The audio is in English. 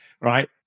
right